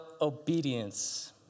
obedience